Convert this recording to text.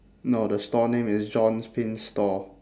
no the store name is john's pin store